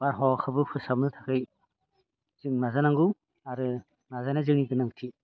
बारहावाखौबो फोसाबनो थाखाय जों नाजानांगौ आरो नाजानाया जोंनि गोनांथि